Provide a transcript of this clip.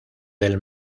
del